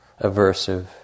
aversive